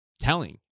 telling